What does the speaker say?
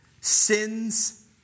Sins